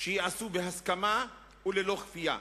שייעשו בהסכמה וללא כפייה.